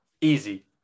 Easy